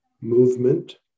movement